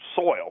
soil